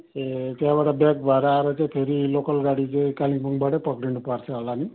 ए त्यहाँबाट ब्याक भएर आएर चाहिँ फेरि लोकल गाडी चाहिँ कालेबुङबाटै पक्रिनु पर्छ होला नि